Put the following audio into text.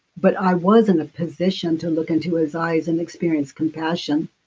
but i was in a position to look into his eyes and experience compassion,